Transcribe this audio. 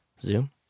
Zoom